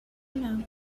know